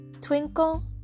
Twinkle